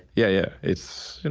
yeah. yeah, it's. and